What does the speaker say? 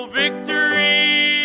victory